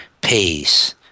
peace